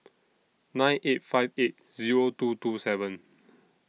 nine eight five eight Zero two two seven